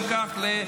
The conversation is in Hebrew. אם כך,